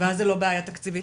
ואז זו לא בעיה תקציבית?